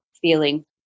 feeling